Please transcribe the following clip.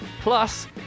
Plus